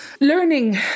Learning